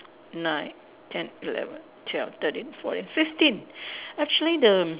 nine ten eleven twelve thirteen fourteen fifteen actually the mm